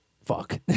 fuck